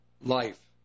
life